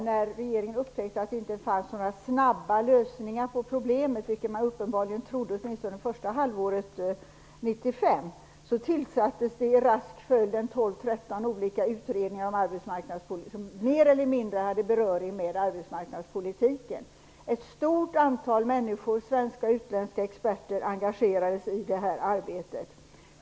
När regeringen upptäckte att det inte fanns några snabba lösningar på problemet, vilket man uppenbarligen trodde första halvåret 1995, tillsattes i rask följd tolv tretton olika utredningar som mer eller mindre hade beröring med arbetsmarknadspolitiken. Ett stort antal människor, svenska och utländska experter, engagerade sig i det arbetet.